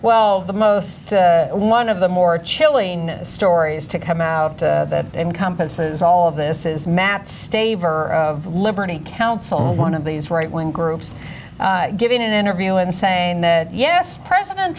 well the most one of the more chilling stories to come out that encompasses all of this is matt staver of liberty counsel one of these right wing groups giving an interview and saying that yes president